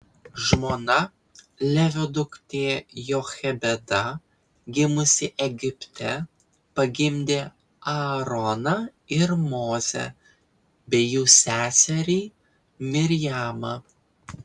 žmona levio duktė jochebeda gimusi egipte pagimdė aaroną ir mozę bei jų seserį mirjamą